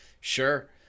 Sure